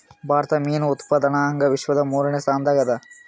ಭಾರತ ಮೀನು ಉತ್ಪಾದನದಾಗ ವಿಶ್ವದ ಮೂರನೇ ಸ್ಥಾನದಾಗ ಅದ